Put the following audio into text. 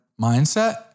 mindset